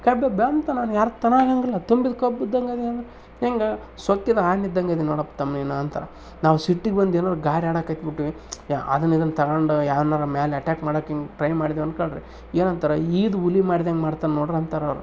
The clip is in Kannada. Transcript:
ಕ್ಯಾಬ್ಬೆಬ್ಬೆ ಅಂತನವ್ನು ಅರ್ಥನೇ ಆಗೋಂಗಿಲ್ಲ ತುಂಬಿದ ಕಬ್ಬು ಇದ್ದಂಗೆ ಇದೀಯ ಅಂದ್ರೆ ಹೆಂಗೆ ಸೊಕ್ಕಿದ ಆನೆ ಇದ್ದಂಗೆ ಇದಿ ನೋಡಪ್ಪ ತಮ್ಮಾ ನೀನು ಅಂತಾರೆ ನಾವು ಸಿಟ್ಟಿಗೆ ಬಂದು ಏನಾರೆ ಗಾರ್ಯಾಡಾಕತ್ಬಿಟ್ವಿ ಅದನ್ನು ಇದನ್ನು ತಗೊಂಡು ಯಾರನಾರು ಮೇಲೆ ಅಟ್ಯಾಕ್ ಮಾಡೋಕೇನ್ ಟ್ರೈ ಮಾಡಿದೇವು ಅಂದ್ಕೊಳ್ರಿ ಏನಂತಾರೆ ಈದ ಹುಲಿ ಮಾಡ್ದಂಗೆ ಮಾಡ್ತಾನೆ ನೋಡ್ರಿ ಅಂತಾರೆ ಅವ್ರು